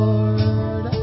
Lord